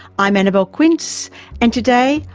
i'm annabelle quince and today,